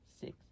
six